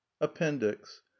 appendix